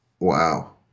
Wow